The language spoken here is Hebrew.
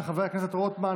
של חברי הכנסת רוטמן,